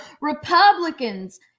Republicans